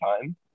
time